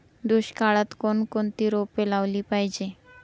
दुष्काळात कोणकोणती रोपे लावली पाहिजे?